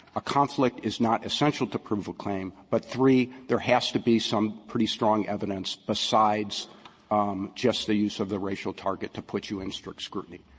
a conflict is not essential to prove a claim but, three, there has to be pretty strong evidence besides um just the use of the racial target to put you in strict scrutiny.